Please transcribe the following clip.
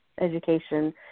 education